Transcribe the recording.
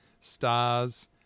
stars